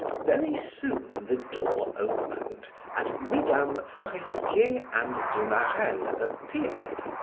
very soon the door opened and mesdames forestier and de marelle appeared,